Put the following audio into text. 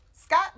Scott